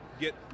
get